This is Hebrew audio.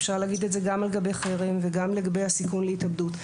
אפשר להגיד את זה גם לגבי חרם וגם לגבי הסיכון להתאבדות.